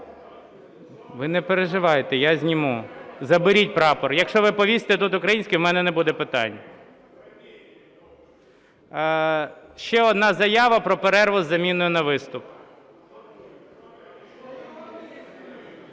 Ви не переживайте, я зніму. Заберіть прапор. Якщо ви повісите тут український, у мене не буде питань. Ще одна заява про перерву з заміною на виступ.